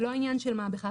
זה לא עניין של מה בכך.